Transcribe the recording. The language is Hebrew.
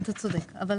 בסדר.